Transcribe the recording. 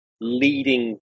leading